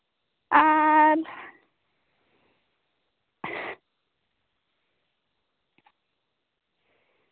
ᱟᱨ